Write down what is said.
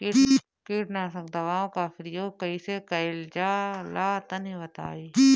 कीटनाशक दवाओं का प्रयोग कईसे कइल जा ला तनि बताई?